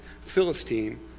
Philistine